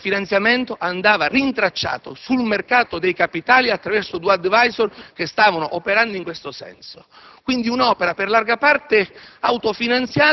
prevalente del finanziamento era stato rintracciato sul mercato dei capitali attraverso due *ad**visor* che stavano operando in tal senso. Quindi, un'opera per larga parte